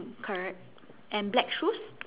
correct and black shoes